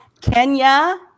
Kenya